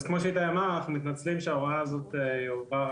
אז כמו שאיתי אמר אנחנו מתנצלים שההוראה הזאת הועברה